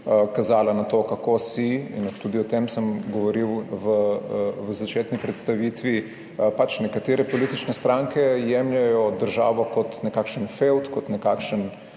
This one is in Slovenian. kazala na to, kako si, in tudi o tem sem govoril v začetni predstavitvi, pač nekatere politične stranke jemljejo državo kot nekakšen fevd kot nekakšno